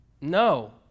No